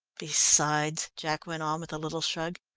besides, jack went on, with a little shrug,